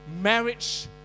marriage